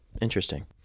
Interesting